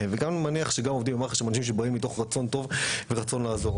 ואני מניח שגם עובדים מח"ש הם אנשים שבאים מתוך רצון טוב ורצון לעזור.